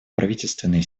правительственные